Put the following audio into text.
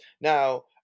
Now